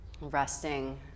resting